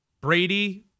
Brady